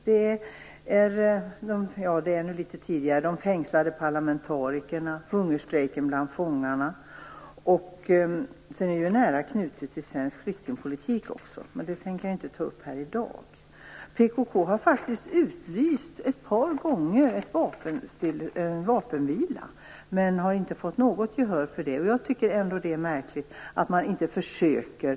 Jag tänker bl.a. på de fängslade parlamentarikerna och på hungerstrejken bland fångarna. Detta är ju också nära knutet till svensk flyktingpolitik, men det tänker jag inte ta upp här i dag. PKK har faktiskt utlyst vapenvila ett par gånger, men detta har man inte fått något gehör för. Jag tycker att det märkligt att man inte ens försöker.